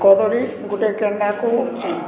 କଦଳୀ ଗୋଟେ କେଣ୍ଡାକୁ